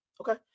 Okay